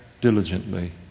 diligently